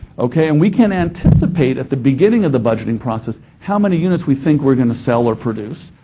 okay, and we can anticipate at the beginning of the budgeting process how many units we think we're going to sell or produce,